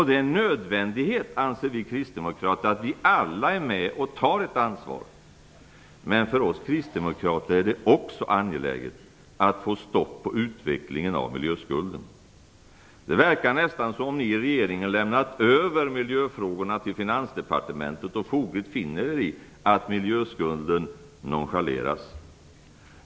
Det är en nödvändighet, anser vi kristdemokrater, att vi alla är med och tar ett ansvar. Men för oss kristdemokrater är det också angeläget att få stopp på utvecklingen av miljöskulden. Det verkar nästan som om ni i regeringen har lämnat över miljöfrågorna till Finansdepartementet och fogligt finner er i att miljöskulden nonchaleras.